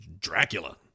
Dracula